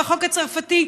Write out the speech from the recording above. והחוק הצרפתי,